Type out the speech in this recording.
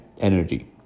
energy